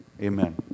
Amen